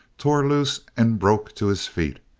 tore lose, and broke to his feet.